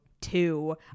two